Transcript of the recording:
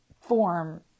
form